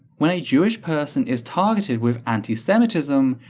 when a jewish person is targetted with anti-semitism,